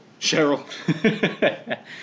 Cheryl